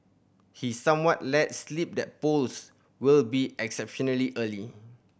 he somewhat let slip that polls will be exceptionally early